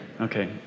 okay